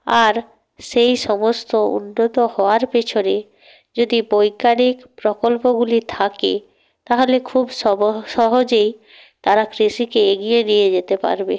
আর সেই সমস্ত উন্নত হওয়ার পিছনে যদি বৈজ্ঞানিক প্রকল্পগুলি থাকে তাহালে খুব সহজেই তারা কৃষিকে এগিয়ে নিয়ে যেতে পারবে